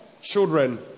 children